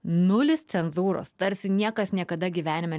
nulis cenzūros tarsi niekas niekada gyvenime